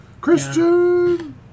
Christian